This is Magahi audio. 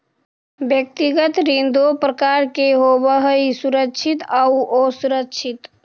व्यक्तिगत ऋण दो प्रकार के होवऽ हइ सुरक्षित आउ असुरक्षित